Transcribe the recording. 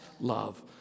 love